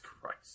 Christ